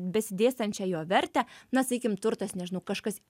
besidėstančią jo vertę na sakykim turtas nežinau kažkas